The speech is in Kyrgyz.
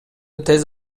тез